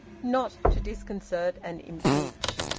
not to disconcert and impeach.